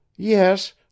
Yes